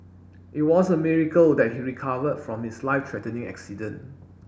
it was a miracle that he recovered from his life threatening accident